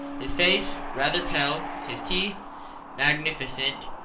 his face rather pale, his teeth magnificent.